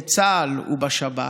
בצה"ל ובשב"כ,